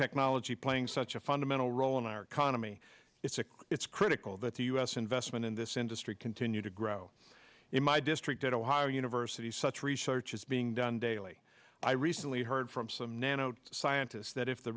nanotechnology playing such a fundamental role in our economy it's a it's critical that the u s investment in this industry continue to grow in my district at ohio university such research is being done daily i recently heard from some nano scientists that if the